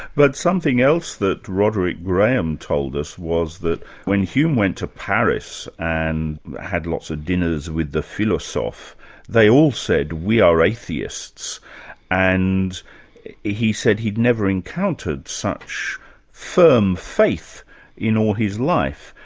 but something else that roderick graham told us was that when hume went to paris and had lots of dinners with the philosophes, ah sort of they all said we are atheists and he said he'd never encountered such firm faith in all his life.